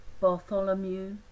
Bartholomew